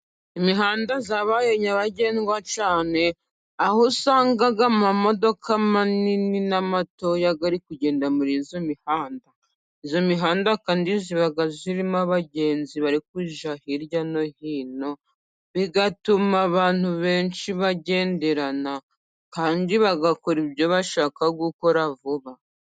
Imihanda yabaye nyabagendwa cyane, aho usanga amamodoka manini n'amatoya, ari kugenda muri iyo mihanda, iyo mihanda kandi iba irimo abagenzi, barikujya hirya no hino, bigatuma abantu benshi bagenderana kandi bagakora ibyo bashaka gukora vuba.